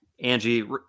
Angie